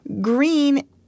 Green